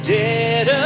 dead